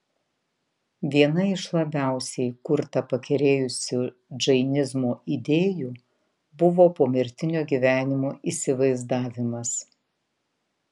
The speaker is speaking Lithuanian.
viena iš labiausiai kurtą pakerėjusių džainizmo idėjų buvo pomirtinio gyvenimo įsivaizdavimas